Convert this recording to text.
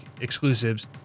exclusives